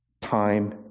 Time